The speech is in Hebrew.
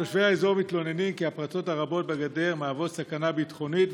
תושבי האזור מתלוננים כי הפרצות הרבות בגדר מהוות סכנה ביטחונית,